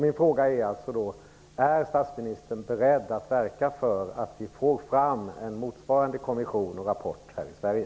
Min fråga är alltså: Är statsministern beredd att verka för att vi får fram en motsvarande kommission och rapport här i Sverige?